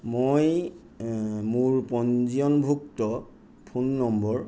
মই মোৰ পঞ্জীয়নভুক্ত ফোন নম্বৰ